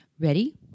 Ready